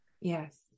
Yes